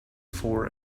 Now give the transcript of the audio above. for